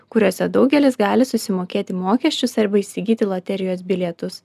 kuriuose daugelis gali susimokėti mokesčius arba įsigyti loterijos bilietus